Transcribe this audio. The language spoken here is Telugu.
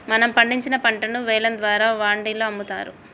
మనం పండించిన పంటను వేలం ద్వారా వాండిలో అమ్ముతారు